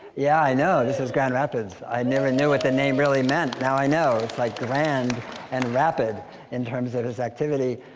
yeah, i know, this is grand rapids. i never knew what the name really meant. now, i like grand and rapid in terms of its activity.